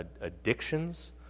addictions